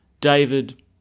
David